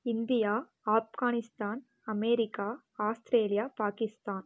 India Afghanistan America Australia Pakistan